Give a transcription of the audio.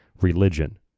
religion